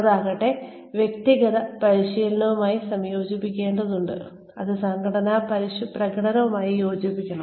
അതാകട്ടെ വ്യക്തിഗത പ്രകടനവുമായി സംയോജിപ്പിക്കേണ്ടതുണ്ട് അത് സംഘടനാ പ്രകടനവുമായി യോജിപ്പിക്കണം